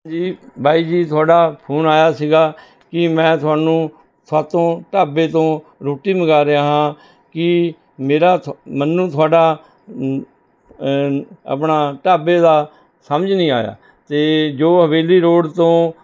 ਜੀ ਬਾਈ ਜੀ ਤੁਹਾਡਾ ਫੋਨ ਆਇਆ ਸੀਗਾ ਕਿ ਮੈਂ ਤੁਹਾਨੂੰ ਥੋਤੋ ਢਾਬੇ ਤੋਂ ਰੋਟੀ ਮੰਗਾ ਰਿਹਾ ਹਾਂ ਕੀ ਮੇਰਾ ਥ ਮੈਨੂੰ ਤੁਹਾਡਾ ਆਪਣਾ ਢਾਬੇ ਦਾ ਸਮਝ ਨਹੀਂ ਆਇਆ ਅਤੇ ਜੋ ਹਵੇਲੀ ਰੋਡ ਤੋਂ